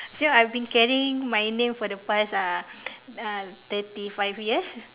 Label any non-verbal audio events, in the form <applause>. ya I've been carrying my name for the past uh <noise> uh thirty five years